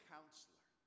Counselor